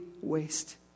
waste